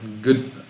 good